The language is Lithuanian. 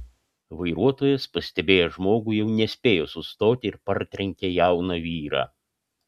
vairuotojas pastebėjęs žmogų jau nespėjo sustoti ir partrenkė jauną vyrą